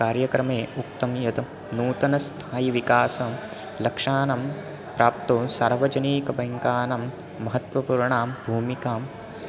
कार्यक्रमे उक्तं यत् नूतनस्थायिविकासं लक्षाणां प्राप्तः सार्वजनिकबैङ्कानं महत्त्वपूर्णां भूमिकां